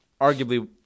arguably